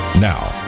Now